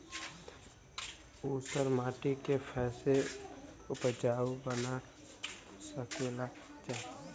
ऊसर माटी के फैसे उपजाऊ बना सकेला जा?